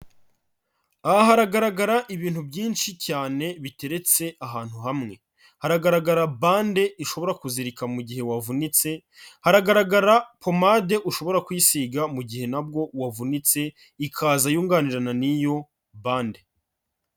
Aha haragaragara ibintu byinshi cyane biteretse ahantu hamwe. Haragaragara bande ishobora kuzirika mu gihe wavunitse, hagaragara pomade ushobora kwisiga mu gihe na bwo wavunitse ikaza yunganirana n'iyo bande.